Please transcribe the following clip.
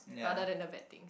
rather than the bad thing